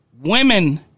women